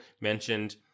mentioned